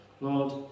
Lord